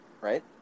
Right